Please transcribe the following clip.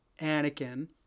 Anakin